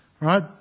right